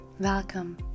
Welcome